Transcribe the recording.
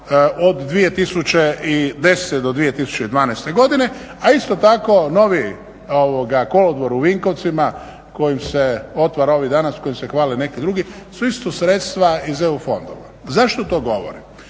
od 2010. do 2012. godine, a isto tako novi kolodvor u Vinkovcima koji se otvara ovih dana s kojim se hvale neki drugi. Sve su to sredstva iz EU fondova. Zašto to govorim?